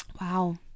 Wow